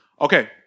Okay